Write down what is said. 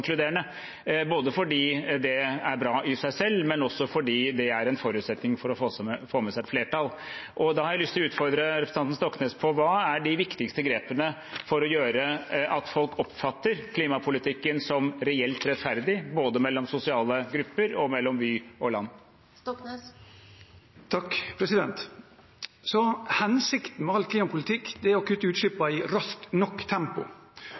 inkluderende – både fordi det er bra i seg selv, og fordi det er en forutsetning for å få med seg flertallet. Da har jeg lyst til å utfordre representanten Stoknes: Hva er de viktigste grepene vi må gjøre for at folk oppfatter klimapolitikken som reelt rettferdig, både mellom sosiale grupper og mellom by og land? Hensikten med all klimapolitikk er å kutte utslippene i raskt nok tempo,